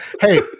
Hey